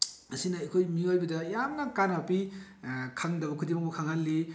ꯑꯁꯤꯅ ꯑꯩꯈꯣꯏ ꯃꯤꯑꯣꯏꯕꯗ ꯌꯥꯝꯅ ꯀꯥꯟꯅꯕ ꯄꯤ ꯈꯪꯗꯕ ꯈꯨꯗꯤꯡꯃꯛꯄꯨ ꯈꯪꯍꯜꯂꯤ